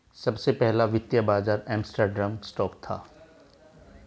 सबसे पहला वित्तीय बाज़ार एम्स्टर्डम स्टॉक था